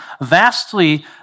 vastly